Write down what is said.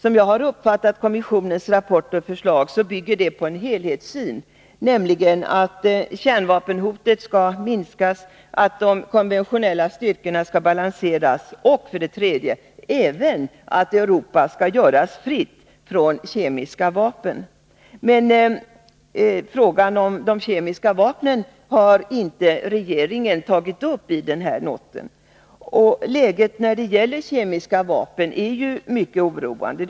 Som jag uppfattat kommissionens rapport och förslag, bygger de på en helhetssyn, nämligen att kärnvapenhotet skall minskas, att de konventionella styrkorna skall balanseras och att Europa skall göras fritt från kemiska vapen. Men frågan om de kemiska vapnen har regeringen inte tagit upp i denna not. Läget beträffande kemiska vapen är ju mycket oroande.